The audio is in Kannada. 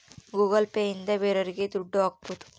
ಗೂಗಲ್ ಪೇ ಇಂದ ಬೇರೋರಿಗೆ ದುಡ್ಡು ಹಾಕ್ಬೋದು